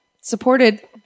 supported